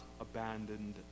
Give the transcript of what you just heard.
abandoned